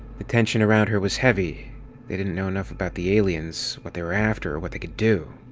the tension around her was heavy they didn't know enough about the aliens, what they were after or what they could do.